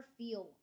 feel